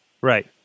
right